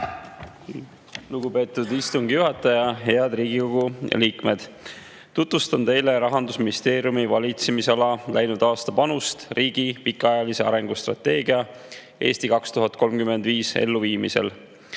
Lugupeetud istungi juhataja! Head Riigikogu liikmed! Tutvustan teile Rahandusministeeriumi valitsemisala läinud aasta panust riigi pikaajalise arengustrateegia "Eesti 2035" elluviimisesse.